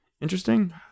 interesting